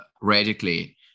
radically